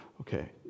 Okay